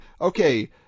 okay